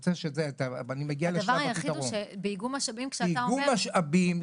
הדבר היחיד הוא שבאיגום במשאבים כשאתה אומר -- באיגום משאבים,